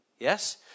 Yes